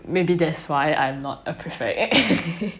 maybe that's why I am not a prefect